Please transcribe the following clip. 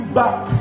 back